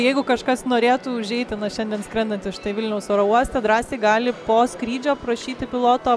jeigu kažkas norėtų užeiti nuo šiandien skrendant iš vilniaus oro uosto drąsiai gali po skrydžio prašyti piloto